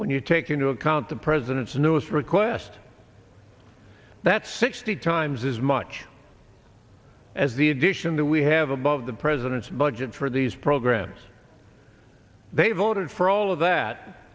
when you take into account the president's newest request that sixty times as much as the addition that we have above the president's budget for these programs they voted for all of that